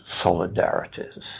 solidarities